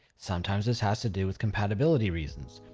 sometimes this has to do with compatibility reasons.